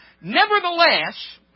Nevertheless